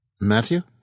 Matthew